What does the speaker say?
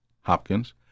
Hopkins